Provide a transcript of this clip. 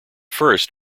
first